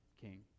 king